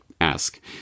ask